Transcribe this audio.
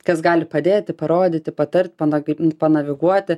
kas gali padėti parodyti patart panag panaviguoti